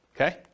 Okay